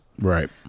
Right